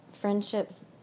friendships